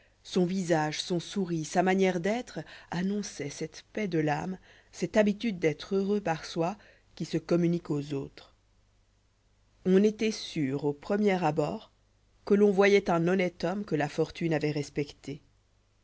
son visage son souris sa manière d'être annonçoient cette paix de a de la fable l lme cette habitude d'être heureux par soi qui se communique aux autres on étoit sûr au premier abord que l'on voyoit un honnête homme que la fortune avoit respecté